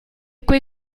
quei